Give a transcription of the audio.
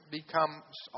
becomes